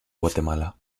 guatemala